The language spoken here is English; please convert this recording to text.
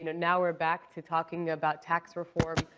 you know now we're back to talking about tax reform.